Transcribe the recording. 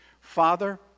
Father